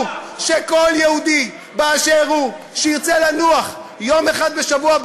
שכל יהודי באשר הוא שירצה לנוח יום אחד בשבוע,